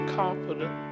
confident